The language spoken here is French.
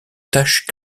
tache